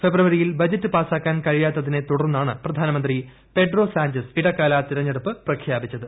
ഫെബ്രുവരിയിൽ ബജറ്റ് പാസ്സാക്കാൻ കഴിയാത്തതിനെ തുടർന്നാണ് പ്രധാനമന്ത്രി പെഡ്രോ സാഞ്ചസ് ഇടക്കാല തെരഞ്ഞെടുപ്പ് പ്രഖ്യാപിച്ചത്